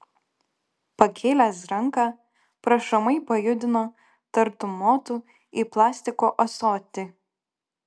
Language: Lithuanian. pakėlęs ranką prašomai pajudino tartum motų į plastiko ąsotį